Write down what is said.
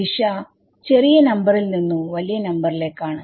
ദിശ ചെറിയ നമ്പറിൽ നിന്നും വലിയ നമ്പറിലേക്കാണ്